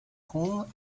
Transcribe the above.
home